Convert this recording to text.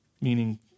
meaning